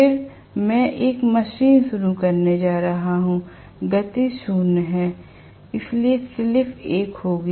फिर मैं एक मशीन शुरू करने जा रहा हूं गति शून्य है इसलिए स्लिप एक होगी